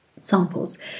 samples